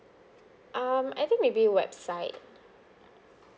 um I think maybe website